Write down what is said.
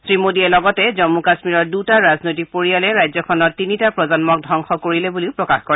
শ্ৰী মোডীয়ে লগতে জম্মু কাম্মীৰৰ দুটা ৰাজনৈতিক পৰিয়ালে ৰাজ্যখনৰ তিনিটা প্ৰজন্মক ধবংস কৰিলে বুলিও প্ৰকাশ কৰে